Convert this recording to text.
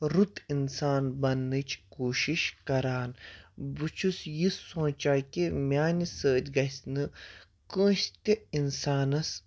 رُت اِنسان بَننٕچ کوٗشِش کَران بہٕ چھُس یہِ سونٛچان کہِ میٛانہِ سۭتۍ گَژھِ نہٕ کٲنٛسہِ تہِ اِنسانَس